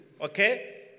Okay